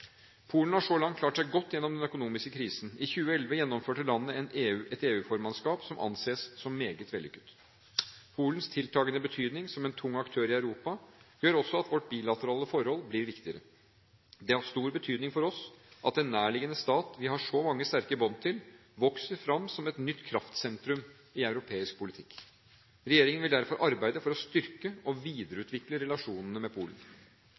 Polen har så langt klart seg godt gjennom den økonomiske krisen. I 2011 gjennomførte landet et EU-formannskap som anses som meget vellykket. Polens tiltakende betydning som en tung aktør i Europa gjør også at vårt bilaterale forhold blir viktigere. Det har stor betydning for oss at en nærliggende stat vi har så mange sterke bånd til, vokser fram som et nytt kraftsentrum i europeisk politikk. Regjeringen vil derfor arbeide for å styrke og videreutvikle relasjonene med Polen.